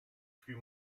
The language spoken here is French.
flux